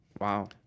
Wow